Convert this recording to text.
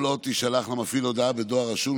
כל עוד תישלח למפעיל הודעה בדואר רשום,